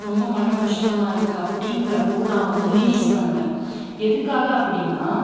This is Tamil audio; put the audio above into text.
ரொம்ப மனக் கஷ்டமாக இருக்குது அப்டிங்கிறப்போ நான் வந்து ரீல்ஸ் பண்ணுவேன் எதுக்காக அப்படின்னா